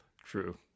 True